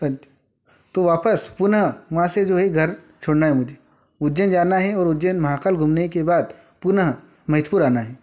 तो वापस पुनः वहाँ से जो है घर छोड़ना है मुझे उज्जैन जाना है और उज्जैन महाकाल घूमने के बाद पुनः मैथुर आना है